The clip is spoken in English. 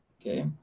Okay